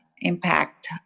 impact